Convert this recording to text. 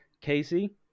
casey